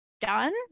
done